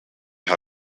how